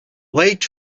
wait